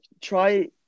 try